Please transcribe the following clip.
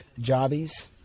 jobbies